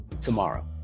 tomorrow